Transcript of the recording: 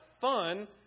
fun